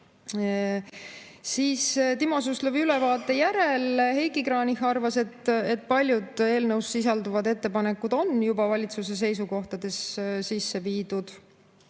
sinna. Timo Suslovi ülevaate järel Heiki Kranich arvas, et paljud eelnõus sisalduvad ettepanekud on juba valitsuse seisukohtadesse sisse viidud.